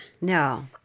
No